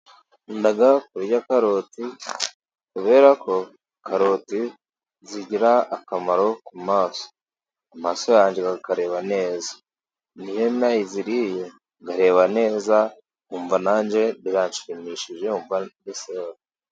Nkunda kurya karoti, kubera ko karoti zigira akamaro ku maso. Amaso yanjye akareba neza, niyo naziriye ndareba neza, nkumva nanjye biranshimishije nkumva ari sawa.